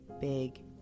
big